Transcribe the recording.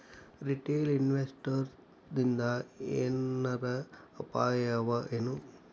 Retail ಇನ್ವೆಸ್ಟರ್ಸಿಂದಾ ಏನರ ಅಪಾಯವಎನು?